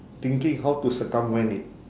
thinking how to circumvent it